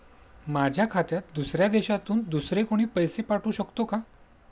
माझ्या खात्यात दुसऱ्या देशातून दुसरे कोणी पैसे पाठवू शकतो का?